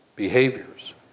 behaviors